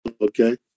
Okay